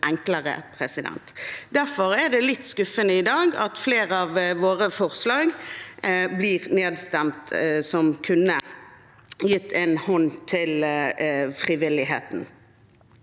enklere. Derfor er det litt skuffende i dag at flere av våre forslag som kunne gitt en hånd til frivilligheten,